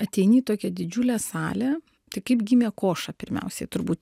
ateini į tokią didžiulę salę tai kaip gimė koša pirmiausiai turbūt